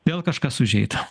vėl kažkas užeit